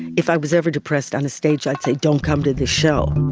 if i was ever depressed on stage i'd say don't come to this show.